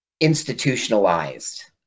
institutionalized